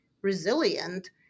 resilient